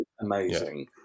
amazing